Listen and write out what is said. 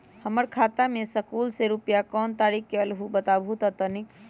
हमर खाता में सकलू से रूपया कोन तारीक के अलऊह बताहु त तनिक?